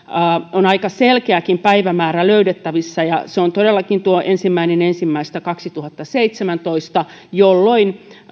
on aika selkeäkin päivämäärä löydettävissä ja se on todellakin tuo ensimmäinen ensimmäistä kaksituhattaseitsemäntoista jolloin